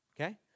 okay